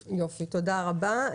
יופי, תודה רבה.